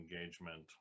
engagement